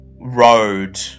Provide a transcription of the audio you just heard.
road